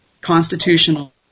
constitutional